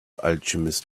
alchemist